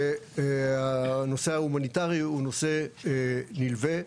והנושא ההומניטרי הוא נושא נלווה,